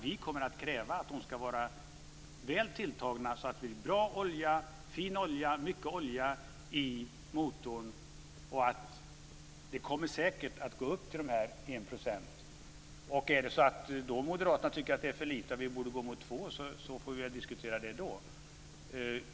Vi kommer att kräva att de ska vara väl tilltagna så att det blir bra olja, fin olja och mycket olja i motorn. Det kommer säkert att nå upp till 1 %. Om Moderaterna då tycker att det är för lite och att vi borde gå mot 2 %, får vi väl diskutera det då.